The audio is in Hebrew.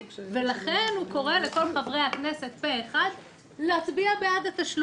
לא עוברים לידי דברים סתם ככה, אני חייב להגיב.